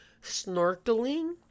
snorkeling